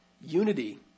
unity